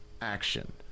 Action